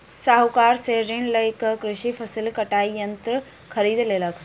साहूकार से ऋण लय क कृषक फसिल कटाई यंत्र खरीद लेलक